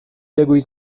بگویید